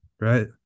right